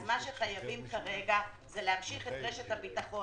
מה שחייבים כרגע זה להמשיך את רשת הביטחון